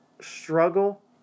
Struggle